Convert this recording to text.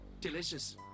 delicious